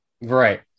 Right